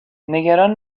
نگران